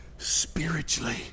Spiritually